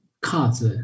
cards